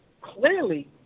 clearly